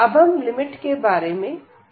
अब हम लिमिट के बारे में बात करते हैं